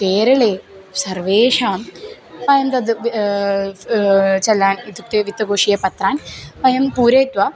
केरळे सर्वेषां वयं तद् चलान् इत्युक्ते वित्तकोषीयपत्रान् वयं पूरयित्वा